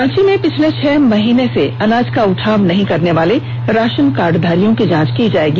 रांची में पिछले छह महीने से अनाज का उठाव नहीं करने वाले राशन कार्डधारियों की जांच की जाएगी